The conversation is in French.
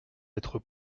être